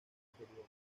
exteriores